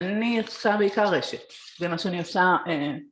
אני עושה בעיקר רשת, זה מה שאני עושה